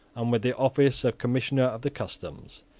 and with the office of commissioner of the customs.